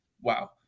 Wow